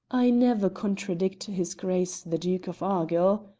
i never contradict his grace the duke of argyll,